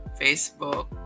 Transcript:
Facebook